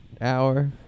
Hour